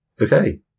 okay